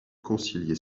concilier